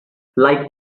like